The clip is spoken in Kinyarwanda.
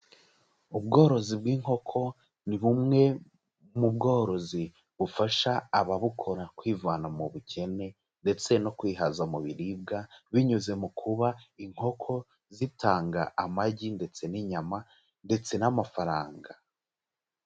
Ubworozi bw'inkoko ni bumwe mu bworozi bufasha ababukora kwivana mu bukene ndetse no kwihaza mu biribwa, binyuze mu kuba inkoko zitanga amagi ndetse n'inyama ndetse n'amafaranga.